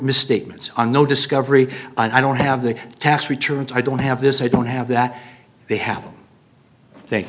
misstatements and no discovery and i don't have the tax returns i don't have this i don't have that they have th